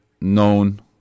known